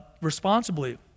responsibly